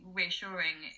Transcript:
reassuring